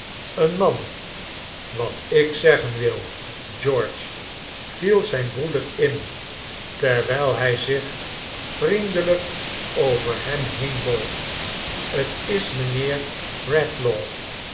een man wat ik zeggen wil george viel zijn broeder in terwijl hij zich vriendelijk over hem heenboog t is mijnheer